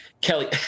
Kelly